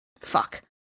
Fuck